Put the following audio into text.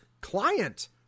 client